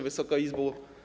Wysoka Izbo!